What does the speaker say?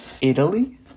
Italy